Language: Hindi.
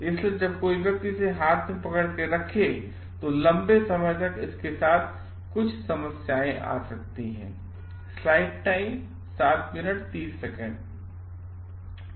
इसलिए जब कोई व्यक्ति इसे हाथ में पकड़ के रखे तो लंबे समय तक इसके साथ कुछ समस्याएं हो सकती हैं